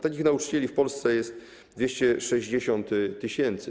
Takich nauczycieli w Polsce jest 260 tys.